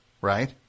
right